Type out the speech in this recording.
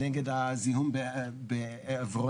נגד הזיהום בעברונה,